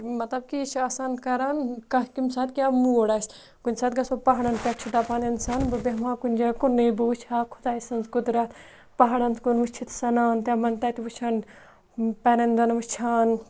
مَطلَب کہِ یہِ چھِ آسان کَران کانٛہہ کمہِ ساتہٕ کیٛاہ موٗڑ آسہِ کُنہِ ساتہٕ گَژھو پَہاڑَن پؠٹھ چھِ دَپان اِنسان بہٕ بیٚہمہٕ ہا کُنہ جایہِ کُنے بہٕ وُچھٕ ہا خُدایہِ سٕنٛز قۅدرَتھ پَہاڑن کُن وُچھِتھ سَنان تِمَن تَتہِ وُچھان پٔرِنٛدَن وُچھان